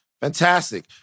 Fantastic